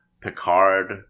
picard